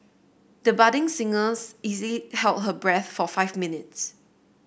the budding singers easily held her breath for five minutes